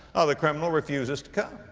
ah, the criminal refuses to come.